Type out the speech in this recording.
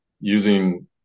using